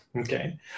Okay